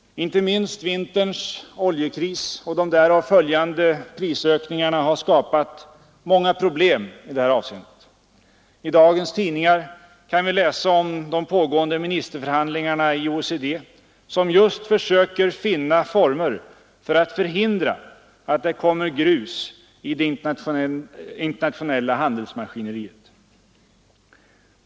Inte minst vinterns oljekris och de därav följande prisökningarna har skapat många problem i detta avseende. I dagens tidningar kan vi läsa om de pågående ministerförhandlingarna i OECD som just försöker finna former för att förhindra att det kommer grus i det internationella handelsmaskineriet.